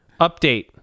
Update